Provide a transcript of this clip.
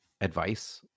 advice